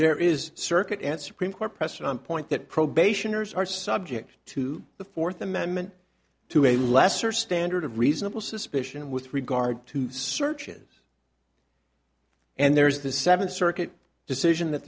there is circuit and supreme court precedent point that probationers are subject to the fourth amendment to a lesser standard of reasonable suspicion with regard to searches and there's the seventh circuit decision that